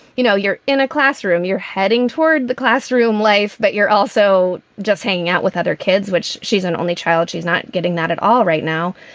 you know, you're in a classroom, you're heading toward the classroom life, but you're also just hanging out with other kids, which she's an only child. she's not getting that at all right now.